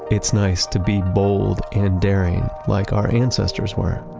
it's nice to be bold and daring, like our ancestors were.